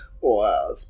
Wow